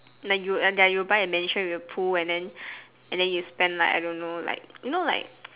then you and that you'll buy a mansion with a pool and then you spend like I don't know like you know like